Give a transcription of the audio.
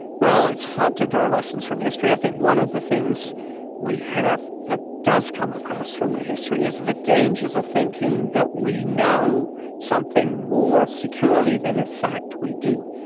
well, it's hard to draw lessons from history. i think one of the things we have that does come across from the history is the dangers of thinking that we know something more securely than in fact we do.